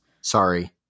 Sorry